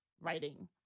writing